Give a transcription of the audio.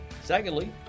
Secondly